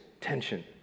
tension